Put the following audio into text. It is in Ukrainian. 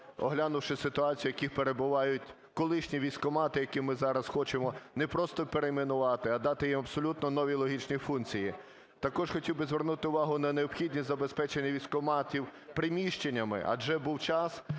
оглянувши ситуацію, в якій перебувають колишні військкомати, які ми зараз хочемо не просто перейменувати, а дати їм абсолютно нові логічні функції. Також хотів би звернути увагу на необхідність забезпечення військкоматів приміщеннями, адже був час,